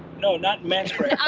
no, not mat spread.